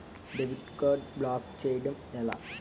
Debit card block చేయటం ఎలా?